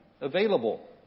available